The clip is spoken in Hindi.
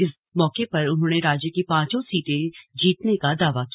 इस मौके पर उन्होंने राज्य की पांचों सीटें जीतने का दावा किया